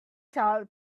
child